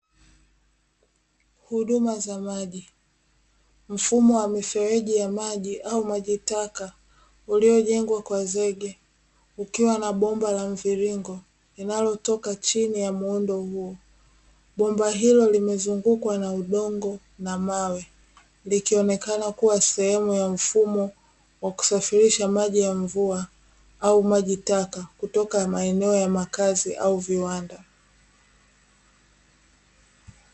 Huduma za maji. Mfumo wa mifereji ya maji au maji taka uliojengwa kwa zege, ukiwa na bomba la mviringo linalotoka chini ya muundo huo. Bomba hilo limezungukwa na udongo na mawe likionekena kuwa sehemu ya mfumo wa kusafirisha maji ya mvua au maji taka kutoka maeneo ya makazi au viwanda.